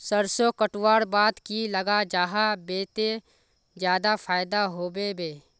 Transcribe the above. सरसों कटवार बाद की लगा जाहा बे ते ज्यादा फायदा होबे बे?